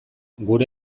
gure